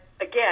again